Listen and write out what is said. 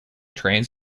trains